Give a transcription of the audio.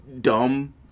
dumb